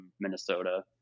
minnesota